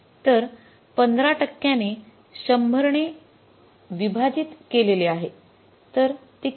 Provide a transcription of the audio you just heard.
तर १५ टक्क्याने १०० ने विभाजित केलेले आहे तर हे किती